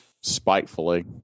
spitefully